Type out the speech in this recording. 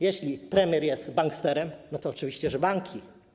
Jeśli premier jest banksterem, to oczywiście banki.